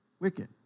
wicked